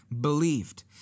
believed